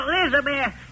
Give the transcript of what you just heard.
Elizabeth